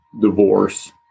divorce